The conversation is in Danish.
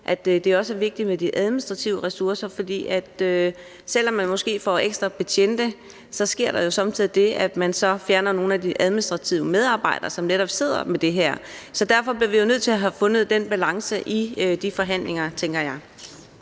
at det er vigtigt med de administrative ressourcer. For selv om man måske får ekstra betjente, sker der jo somme tider det, at man så fjerner nogle af de administrative medarbejdere, som netop sidder med det her. Så derfor bliver vi jo nødt til at have fundet den balance i de forhandlinger, tænker jeg.